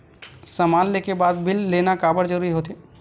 समान ले के बाद बिल लेना काबर जरूरी होथे?